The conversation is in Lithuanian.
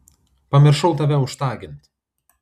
pamiršau tave užtagint